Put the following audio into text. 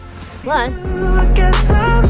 Plus